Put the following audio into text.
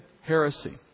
heresy